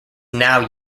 now